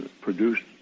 produced